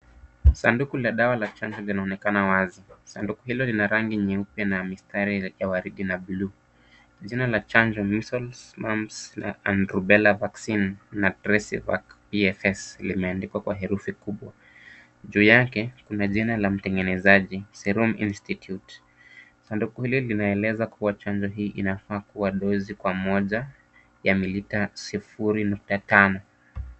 Sanduku la dawa la chanjo linaonekana wazi. Sanduku hilo lina rangi nyeupe na mistari ya waridi na blue . Jina la chanjo, Measles Mumps na Rubella Vaccine na Trace Evac BFS limeandikwa kwa herufi kubwa. Juu yake kuna jina la mtengenezaji Serome Institute. Sanduku hili linaeleza kuwa chanjo hii inafaa kuwa dozi kwa moja ya milita 0.5.